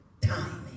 timing